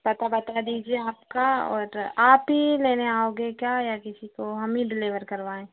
पता बता दीजिए आपका और आप ही लेने आओगे क्या या किसी को हम ही डिलेवर करवाएँ